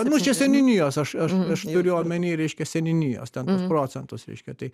nu čia seniūnijos aš aš aš turiu omeny reiškia seniūnijos ten tuos procentus reiškia tai